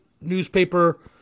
newspaper